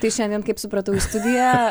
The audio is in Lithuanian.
tai šiandien kaip supratau į studiją